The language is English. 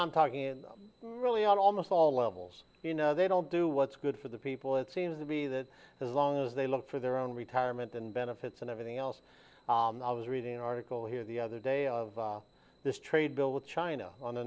i'm talking really almost all levels you know they don't do what's good for the people it seems to be that as long as they look for their own retirement and benefits and everything else i was reading an article here the other day of this trade bill with china on a